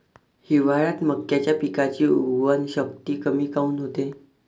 हिवाळ्यात मक्याच्या पिकाची उगवन शक्ती कमी काऊन होते?